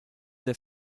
der